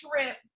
trip